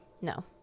no